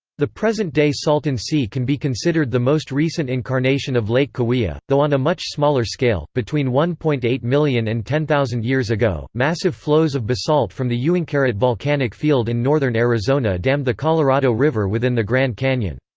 the present-day salton sea can be considered the most recent incarnation of lake cahuilla, though on a much smaller scale between one point eight million and ten thousand years ago, massive flows of basalt from the uinkaret volcanic field in northern arizona dammed the colorado river within the grand canyon.